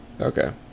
okay